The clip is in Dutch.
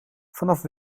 vanaf